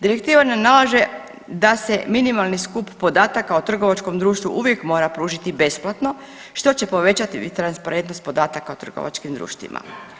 Direktiva ne nalaže da se minimalni skup podataka o trgovačkom društvu uvijek mora pružiti besplatno što će povećati i transparentnost podataka o trgovačkim društvima.